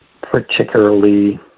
particularly